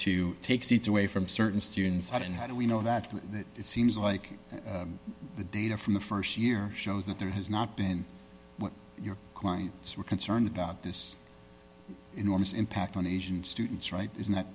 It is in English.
to take seats away from certain students out and how do we know that it seems like the data from the st year shows that there has not been what your clients were concerned about this enormous impact on asian students right isn't that